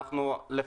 כמשרד,